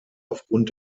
aufgrund